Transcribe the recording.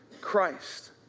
Christ